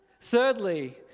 Thirdly